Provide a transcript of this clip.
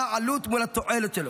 מה העלות מול התועלת שלו,